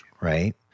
right